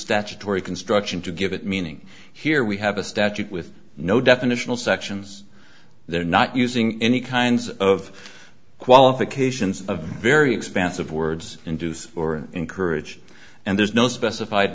statutory construction to give it meaning here we have a statute with no definitional sections there not using any kinds of qualifications a very expansive words induce or encourage and there's no specified